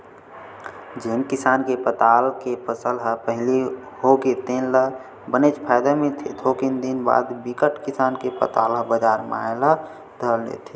जेन किसान के पताल के फसल ह पहिली होगे तेन ल बनेच फायदा मिलथे थोकिन दिन बाद बिकट किसान के पताल ह बजार म आए ल धर लेथे